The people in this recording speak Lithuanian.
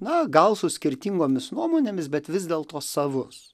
na gal su skirtingomis nuomonėmis bet vis dėlto savus